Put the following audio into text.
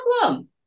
problem